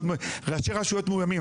ראשי רשויות מאוימים.